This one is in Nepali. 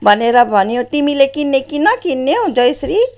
भनेर भन्यो तिमीले किन्ने कि नकिन्ने हौ जयश्री